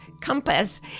compass